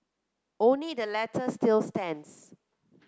only the latter still stands